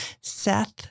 Seth